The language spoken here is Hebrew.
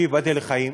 שייבדל לחיים.